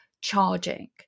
charging